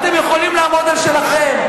אתם יכולים לעמוד על שלכם,